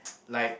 like